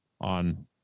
on